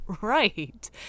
Right